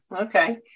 Okay